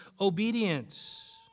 obedience